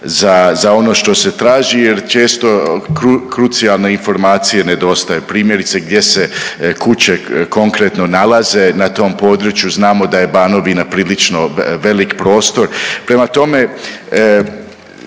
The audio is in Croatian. za ono što se traži jer često krucijalne informacije nedostaje primjerice gdje se kuće konkretno nalaze na tom području. Znamo da je Banovina prilično velik prostor. Prema tome,